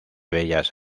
bellas